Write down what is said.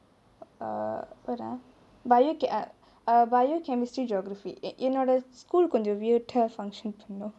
err what ah biology err biology chemistry geography என்னோடே:ennodae school கொஞ்சோ:konjo weird டா:da function பண்ணு:pannu